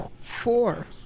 Four